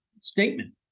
statement